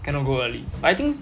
cannot go early I think